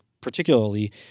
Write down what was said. particularly